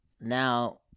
now –